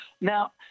Now